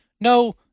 No